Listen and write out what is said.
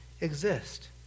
exist